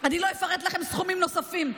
אני לא אפרט לכם סכומים נוספים.